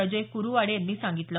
अजय कुरुवाडे यांनी सांगितलं